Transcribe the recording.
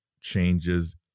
changes